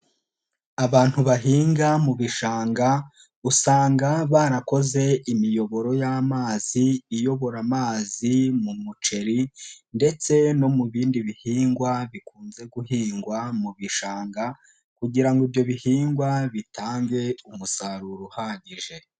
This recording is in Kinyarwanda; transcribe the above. Abantu bahinga mu bishanga usanga barakoze imiyoboro y'amazi, iyobora amazi mu muceri ndetse no mu bindi bihingwa bikunze guhingwa mu bishanga kugira ngo ibyo bihingwa bitange umusaruro uhagije.